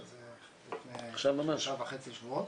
שזה לפני שלושה וחצי שבועות.